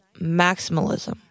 maximalism